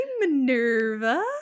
minerva